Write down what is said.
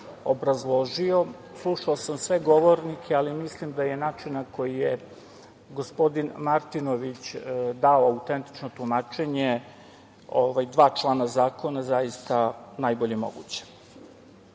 obrazložio. Slušao sam sve govornike, ali mislim da je način na koji je gospodin Martinović dao autentično tumačenje dva člana zakona zaista najbolje moguće. Ja